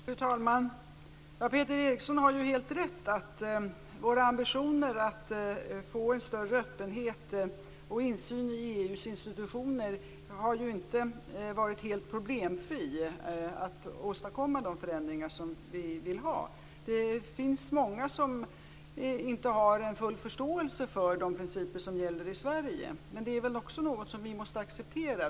Fru talman! Peter Eriksson har helt rätt i att våra ambitioner att åstadkomma en större öppenhet och insyn i EU:s institutioner inte har varit helt problemfria. Det finns många som inte har full förståelse för de principer som gäller i Sverige. Men det är väl också något som vi måste acceptera.